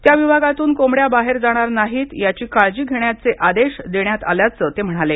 त्या विभागातून कोंबड्या बाहेर जाणार नाहीत याची काळजी घेण्याचे आदेश देण्यात आल्याचं ते म्हणाले